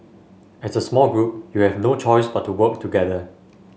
as a small group you have no choice but to work together